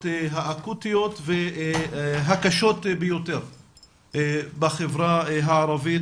האקוטיות והקשות ביותר בחברה הערבית,